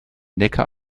neckar